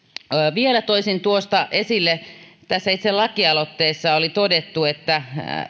vielä toisin tuosta esille tässä itse lakialoitteessa oli todettu että